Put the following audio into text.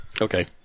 Okay